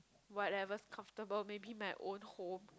whatever's comfortable maybe my own home